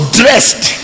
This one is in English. dressed